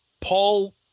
Paul